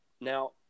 Now